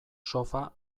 sofa